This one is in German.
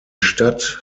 stadt